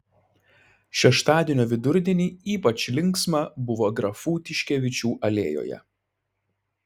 šeštadienio vidurdienį ypač linksma buvo grafų tiškevičių alėjoje